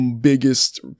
biggest